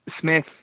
Smith